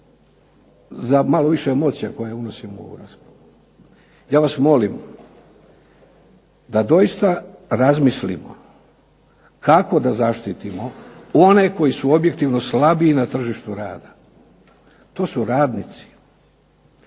za malo više emocija koje unosim u ovu raspravu. Ja vas molim da doista razmislimo kako da zaštitimo one koji su objektivno slabiji na tržištu rada. To su radnici.